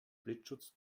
blitzschutz